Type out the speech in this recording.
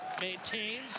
Maintains